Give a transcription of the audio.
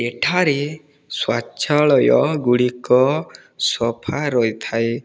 ଏଠାରେ ସ୍ଵାଚ୍ଛାଳୟ ଗୁଡ଼ିକ ସଫା ରହିଥାଏ